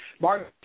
Martin